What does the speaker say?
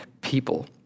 people